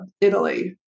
Italy